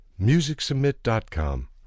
MusicSubmit.com